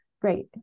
great